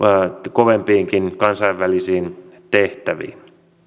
kovempiin kansainvälisiin tehtäviin